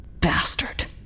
Bastard